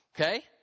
Okay